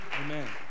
Amen